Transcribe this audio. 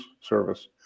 service